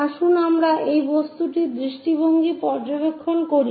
আসুন আমরা এই বস্তুর দৃষ্টিভঙ্গি পর্যবেক্ষণ করি